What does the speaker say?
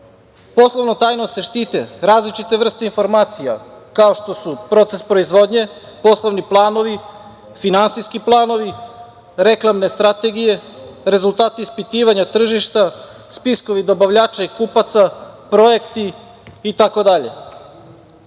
tajnu. Poslovnom tajnom se štite različite vrste informacija kao što su proces proizvodnje, poslovni planovi, finansijski planovi, reklamne strategije, rezultati ispitivanja tržišta, spiskovi dobavljača i kupaca, projekti